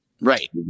right